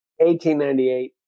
1898